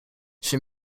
she